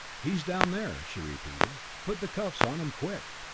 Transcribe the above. he's down there, she repeated put the cuffs on him, quick!